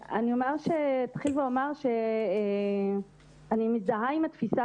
אני אתחיל ואומר שאני מזדהה עם התפיסה